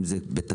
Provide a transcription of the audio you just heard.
אם זה בתקנות,